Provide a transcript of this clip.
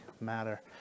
matter